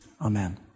amen